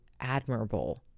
admirable